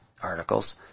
articles